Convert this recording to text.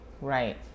Right